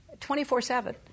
24-7